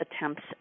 Attempts